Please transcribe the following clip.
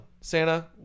santa